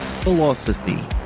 Philosophy